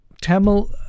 Tamil